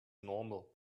normal